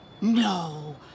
No